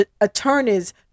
attorneys